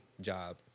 job